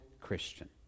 Christian